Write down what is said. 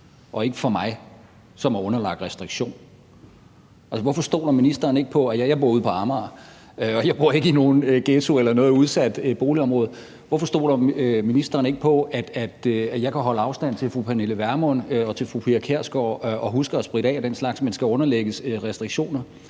og ikke for mig, som er underlagt restriktioner? Jeg bor ude på Amager, og jeg bor ikke i nogen ghetto eller noget udsat boligområde. Hvorfor stoler ministeren ikke på, at jeg kan holde afstand til fru Pernille Vermund og fru Pia Kjærsgaard og huske at spritte af og den slags, men skal underlægges restriktioner?